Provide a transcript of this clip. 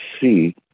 see